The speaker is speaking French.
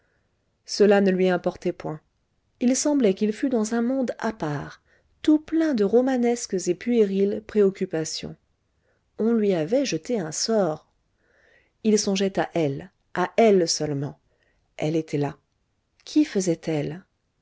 cela ne lui importait point il semblait qu'il fût dans un monde à part tout plein de romanesques et puériles préoccupations on lui avait jeté un sort il songeait à elle à elle seulement elle était là qu'y